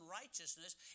righteousness